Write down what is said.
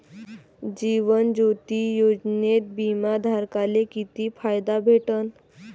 जीवन ज्योती योजनेत बिमा धारकाले किती फायदा भेटन?